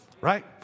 Right